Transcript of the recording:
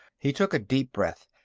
he took a deep breath.